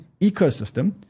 ecosystem